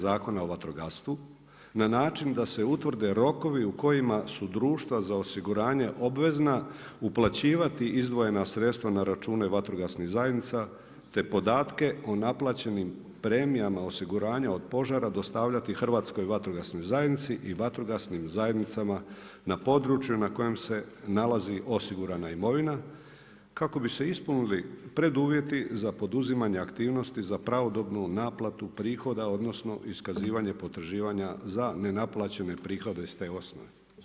Zakona o vatrogastvu na način da se utvrde rokovi u kojima su društva za osiguranje obvezna uplaćivati izdvojena sredstva na račune vatrogasnih zajednica te podatke o naplaćenim premijama osiguranja od požara dostavljati Hrvatskoj vatrogasnoj zajednici i vatrogasnim zajednicama na području na kojem se nalazi osigurana imovina kako bi se ispunili preduvjeti za poduzimanje aktivnosti za pravodobnu naplatu prihoda odnosno iskazivanje potraživanja za nenaplaćene prihode iz te osnove.